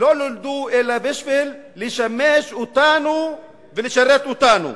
אלא בשביל לשמש אותנו ולשרת אותנו,